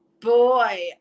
boy